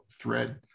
thread